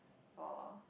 four